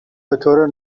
بطور